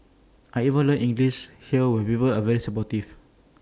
I even learnt English here with people are very supportive